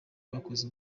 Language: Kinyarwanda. bakoze